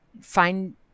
find